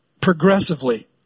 progressively